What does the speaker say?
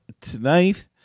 tonight